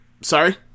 Sorry